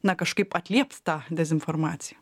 na kažkaip atliept tą dezinformaciją